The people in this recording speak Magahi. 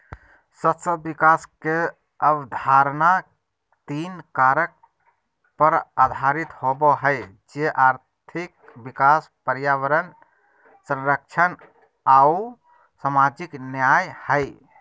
सतत विकास के अवधारणा तीन कारक पर आधारित होबो हइ, जे आर्थिक विकास, पर्यावरण संरक्षण आऊ सामाजिक न्याय हइ